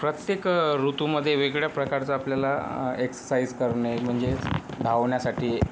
प्रत्येक ऋतुमध्ये वेगवेगळ्या प्रकारचा आपल्याला एक्ससाइझ करणे म्हणजेच धावण्यासाठी